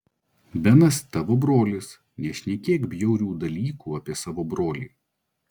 benas tavo brolis nešnekėk bjaurių dalykų apie savo brolį